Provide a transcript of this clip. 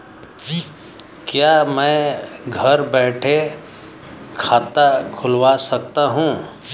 क्या मैं घर बैठे खाता खुलवा सकता हूँ?